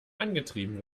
angetrieben